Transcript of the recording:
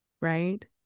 Right